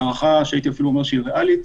בהערכה ריאלית,